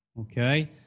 Okay